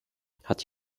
hat